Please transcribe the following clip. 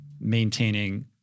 maintaining